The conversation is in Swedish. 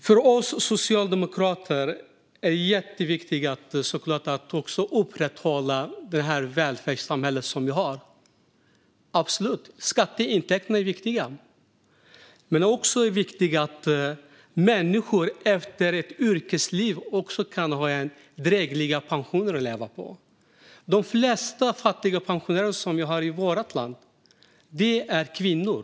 För oss socialdemokrater är det såklart jätteviktigt att upprätthålla det välfärdssamhälle som vi har. Skatteintäkterna är absolut viktiga. Men det är också viktigt att människor efter ett yrkesliv kan ha en dräglig pension att leva på. De flesta fattiga pensionärer som vi har i vårt land är kvinnor.